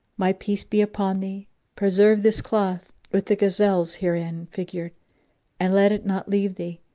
my peace be upon thee preserve this cloth with the gazelles herein figured and let it not leave thee,